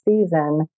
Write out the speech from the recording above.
season